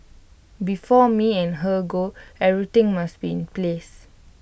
before me and her go everything must be in place